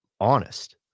honest